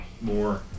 more